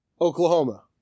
Oklahoma